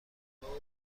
احتمال